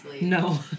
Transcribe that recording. No